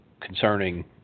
concerning